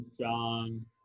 John